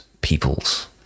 peoples